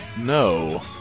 no